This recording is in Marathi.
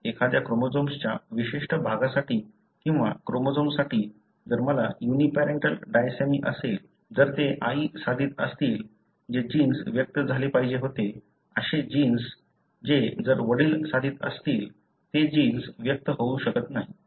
एखाद्या क्रोमोझोमच्या विशिष्ट भागासाठी किंवा क्रोमोझोमसाठी जर मला युनीपॅरेंटल डायसॅमी असेल जर ते आई साधित असतील जे जिन्स व्यक्त झाले पाहिजे होते असे जिन्स ते जर वडील साधित असतील तर ते जिन्स व्यक्त होऊ शकत नाही